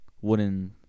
wooden